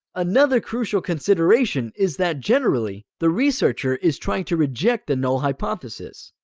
another crucial consideration is that, generally, the researcher is trying to reject the null hypothesis.